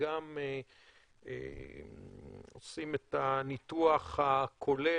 שגם עושים את הניתוח הכולל,